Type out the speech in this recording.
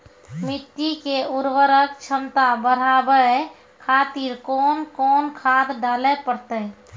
मिट्टी के उर्वरक छमता बढबय खातिर कोंन कोंन खाद डाले परतै?